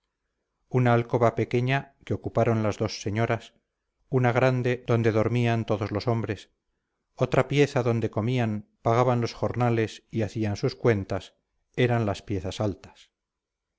una alcoba pequeña que ocuparon las dos señoras una grande donde dormían todos los hombres otra pieza donde comían pagaban los jornales y hacían sus cuentas eran las piezas altas